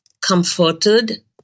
comforted